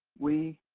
we,